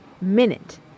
minute